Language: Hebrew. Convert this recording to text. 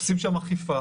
עושים שם אכיפה.